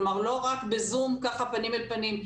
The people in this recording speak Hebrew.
כלומר היא לא רק בזום פנים אל פנים,